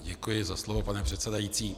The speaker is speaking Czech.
Děkuji za slovo, pane předsedající.